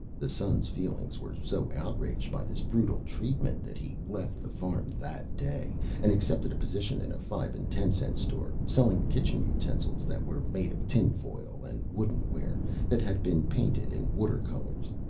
the son's feelings were so outraged by this brutal treatment that he left the farm that day and accepted a position in a five and ten-cent store, selling kitchen utensils that were made of tin-foil and wooden ware that had been painted in water colors.